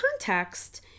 context